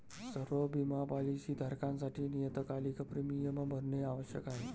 सर्व बिमा पॉलीसी धारकांसाठी नियतकालिक प्रीमियम भरणे आवश्यक आहे